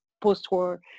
post-war